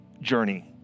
journey